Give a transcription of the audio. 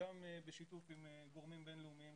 גם בשיתוף עם גורמים בין-לאומים,